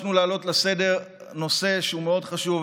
ביקשנו להעלות לסדר-היום נושא שהוא מאוד חשוב,